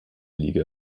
liga